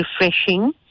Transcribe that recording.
refreshing